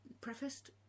prefaced